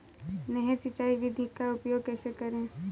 नहर सिंचाई विधि का उपयोग कैसे करें?